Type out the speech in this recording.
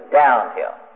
downhill